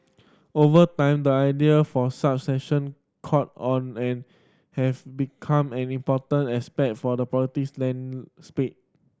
over time the idea for such session caught on and have become an important aspect for the politics land spade